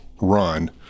run